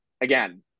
again